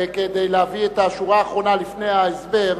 כדי להביא את השורה האחרונה לפני ההסבר,